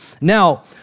Now